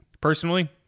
personally